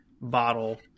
bottle